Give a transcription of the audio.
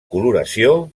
coloració